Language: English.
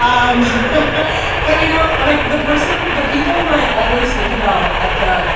um but you know, i like the person, the people that i always think about at the